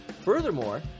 Furthermore